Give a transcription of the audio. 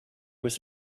was